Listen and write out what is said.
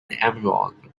emerald